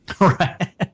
Right